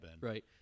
right